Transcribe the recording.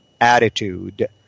attitude